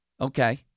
okay